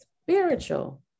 spiritual